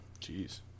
Jeez